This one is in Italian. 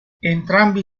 entrambi